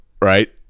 right